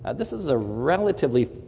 ah this is a relatively